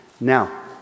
Now